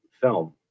film